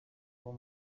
kuba